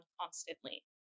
constantly